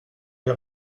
les